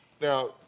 Now